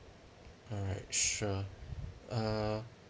alright sure uh